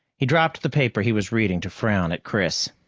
he dropped the paper he was reading to frown at chris.